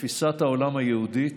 בתפיסת העולם היהודית,